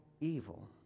evil